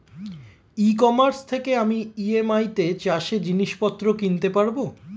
ই commerce থেকে আমি EMI তে চাষে জিনিসপত্র কিনতে পারব?